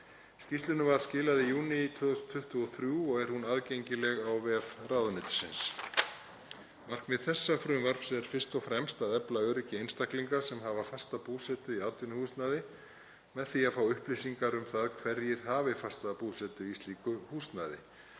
Skýrslunni var skilað í júní 2023 og er hún aðgengileg á vef ráðuneytisins. Markmið þessa frumvarps er fyrst og fremst að efla öryggi einstaklinga sem hafa fasta búsetu í atvinnuhúsnæði með því að fá upplýsingar um það hverjir hafi fasta búsetu í slíku húsnæði.